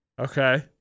Okay